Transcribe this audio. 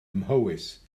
mhowys